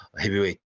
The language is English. heavyweight